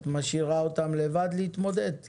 את משאירה אותם להתמודד לבד.